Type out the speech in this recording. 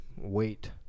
wait